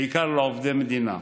בעיקר לעובדי מדינה.